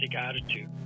attitude